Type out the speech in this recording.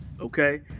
okay